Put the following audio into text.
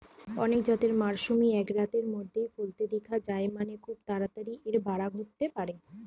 অনেক জাতের মাশরুমই এক রাতের মধ্যেই ফলতে দিখা যায় মানে, খুব তাড়াতাড়ি এর বাড়া ঘটতে পারে